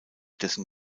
dessen